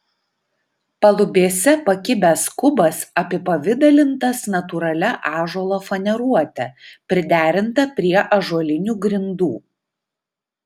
palubėse pakibęs kubas apipavidalintas natūralia ąžuolo faneruote priderinta prie ąžuolinių grindų